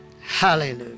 Hallelujah